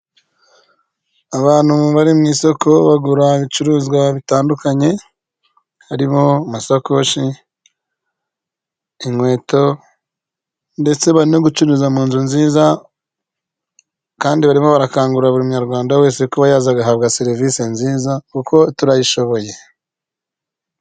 Abantu bari mu isoko bagura ibicuruzwa bitandukanye harimo amasakoshi, inkweto ndetse bari no gucuruza mu nzu nziza kandi barimo barakangurira buri munyarwanda wese kuba yaza agahabwa serivisi nziza kuko turayishoboye .